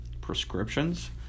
prescriptions